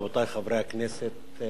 רבותי חברי הכנסת,